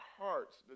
hearts